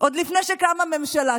עוד לפני שקמה ממשלה,